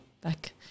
back